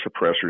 suppressors